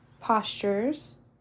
postures